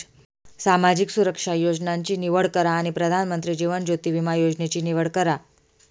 सामाजिक सुरक्षा योजनांची निवड करा आणि प्रधानमंत्री जीवन ज्योति विमा योजनेची निवड करा